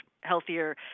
healthier